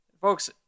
Folks